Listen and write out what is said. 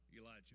Elijah